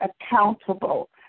accountable